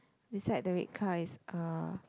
beside the red car is uh